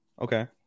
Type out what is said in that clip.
okay